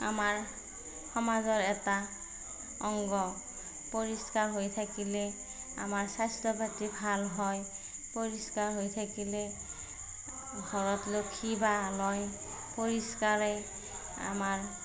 আমাৰ সমাজৰ এটা অংগ পৰিষ্কাৰ হৈ থাকিলে আমাৰ স্বাস্থ্য পাতি ভাল হয় পৰিষ্কাৰ হৈ থাকিলে ঘৰত লক্ষ্মী বাঁহ লয় পৰিষ্কাৰেই আমাৰ